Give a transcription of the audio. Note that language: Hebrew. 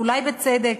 אולי בצדק.